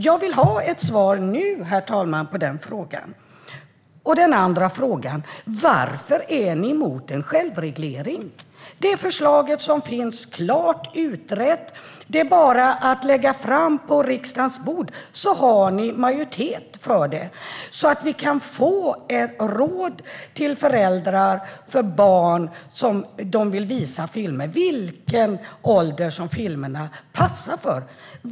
Jag vill ha ett svar nu, herr talman, på den frågan. Varför är ni emot en självreglering? Det förslaget är klart och utrett. Det är bara att lägga fram det på riksdagens bord, så har ni majoritet för det så att vi kan få råd till föräldrar som vill visa filmer för barn om vilken ålder som filmerna passar för.